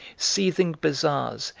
seething bazaars,